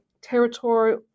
territory